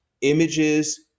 images